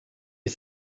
you